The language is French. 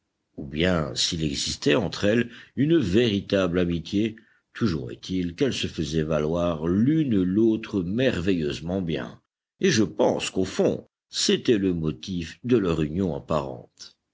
ou bien s'il existait entre elles une véritable amitié toujours est-il qu'elles se faisaient valoir l'une l'autre merveilleusement bien et je pense qu'au fond c'était le motif de leur union apparente